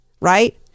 Right